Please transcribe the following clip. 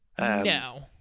No